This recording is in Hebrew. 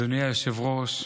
אדוני היושב-ראש,